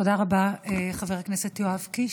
תודה רבה, חבר הכנסת יואב קיש.